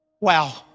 Wow